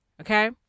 okay